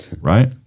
right